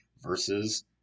versus